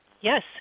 Yes